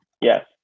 yes